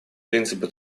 принципы